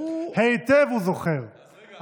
היטב הוא זוכר,